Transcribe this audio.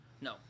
No